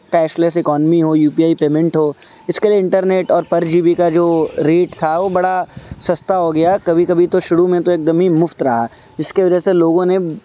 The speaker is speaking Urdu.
کیش لیس اکانمی ہو یو پی آئی پیمنٹ ہو اس کے لیے انٹرنیٹ اور پر جی بی کا جو ریٹ تھا وہ بڑا سستا ہو گیا کبھی کبھی تو شروع میں تو ایک دم ہی مفت رہا جس کے وجہ سے لوگوں نے